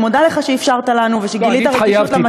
ואני מודה לך על שאפשרת לנו ושגילית רגישות למצב הזה.